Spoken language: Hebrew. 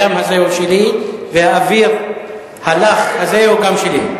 הים הזה הוא שלי והאוויר הלח הזה הוא גם שלי.